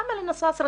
אמל אלנססרה,